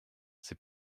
c’est